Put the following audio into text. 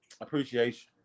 Appreciation